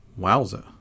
Wowza